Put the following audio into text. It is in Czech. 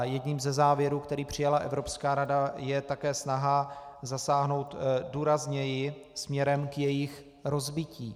Jedním ze závěrů, který přijala Evropská rada, je také snaha zasáhnout důrazněji směrem k jejich rozbití.